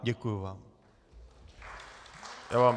Děkuji vám.